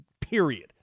Period